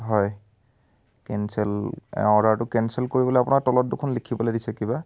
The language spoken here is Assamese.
হয় কেনচেল অৰ্ডাৰটো কেনচেল কৰিবলৈ আপোনাৰ তলত দেখোন লিখিবলৈ দিছে কিবা